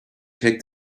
take